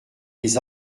des